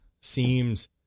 seems